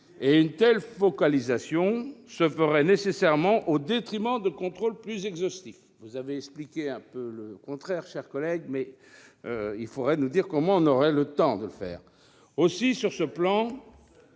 et une telle focalisation se ferait nécessairement au détriment de contrôles plus exhaustifs. Vous avez expliqué le contraire, mon cher collègue, mais il faudrait dire comment on aurait le temps d'y procéder ! Ainsi, sur ce plan,